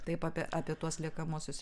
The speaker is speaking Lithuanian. taip apie apie tuos liekamuosius